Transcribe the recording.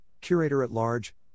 Curator-at-Large